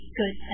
good